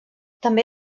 també